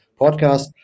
podcast